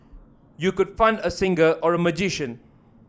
you could fund a singer or a magician